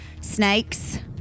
Snakes